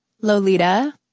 Lolita